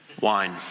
Wine